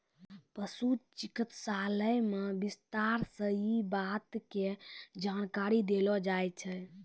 पशु चिकित्सालय मॅ विस्तार स यै बात के जानकारी देलो जाय छै